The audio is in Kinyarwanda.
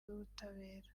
z’ubutabera